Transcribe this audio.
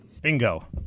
Bingo